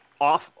off